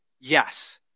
Yes